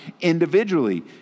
individually